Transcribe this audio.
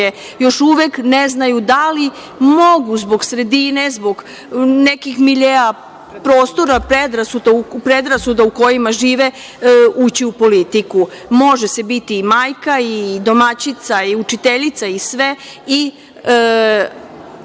još uvek ne znaju da li mogu zbog sredine, zbog nekih miljea, prostora, predrasuda u kojima žive, ući u politiku. Može se biti majka, domaćica, učiteljica i sve,